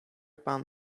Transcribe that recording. pan